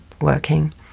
working